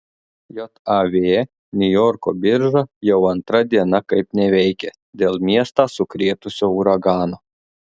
jav niujorko birža jau antra diena kaip neveikia dėl miestą sukrėtusio uragano